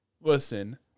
Listen